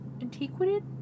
Antiquated